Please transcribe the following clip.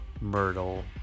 myrtle